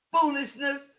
foolishness